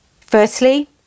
Firstly